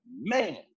man